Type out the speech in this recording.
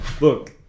look